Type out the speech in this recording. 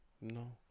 No